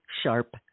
sharp